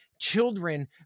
children